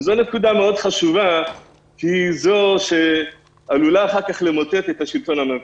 זו נקודה חשובה מאוד כי היא זו שעלולה אחר כך למוטט את השלטון המרכזי.